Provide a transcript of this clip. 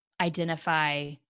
identify